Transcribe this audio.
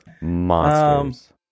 monsters